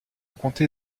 comté